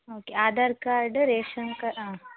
okay Aadhaar card ration ಕಾ